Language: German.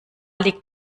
liegt